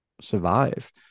survive